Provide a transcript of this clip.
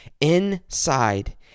inside